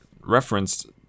referenced